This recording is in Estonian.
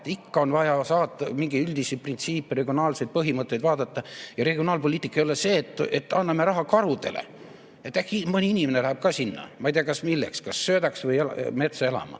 Ikka on vaja mingeid üldisi printsiipe, regionaalseid põhimõtteid [arvestada].Ja regionaalpoliitika ei ole see, et anname raha karudele. Äkki mõni inimene läheb ka sinna, ma ei tea, milleks, kas söödaks või metsa elama.